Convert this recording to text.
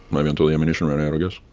maybe until the ammunition ran out i guess.